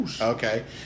Okay